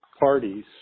parties